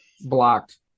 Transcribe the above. blocked